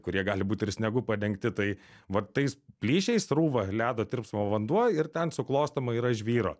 kurie gali būt ir sniegu padengti tai va tais plyšiai srūva ledo tirpsmo vanduo ir ten suklostoma yra žvyro